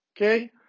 okay